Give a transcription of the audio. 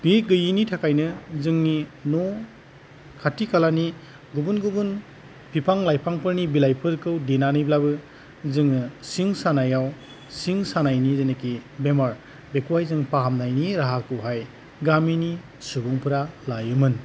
बे गैयैनि थाखायनो जोंनि न' खाथि खालानि गुबुन गुबुन फिफां लाइफांफोरनि बिलाइफोरखौ देनानैब्लाबो जोङो सिं सानायाव सिं सानायनि जेनाखि बेमार बेखौहाय जों फाहामनायनि राहाखौहाय गामिनि सुबुंफोरा लायोमोन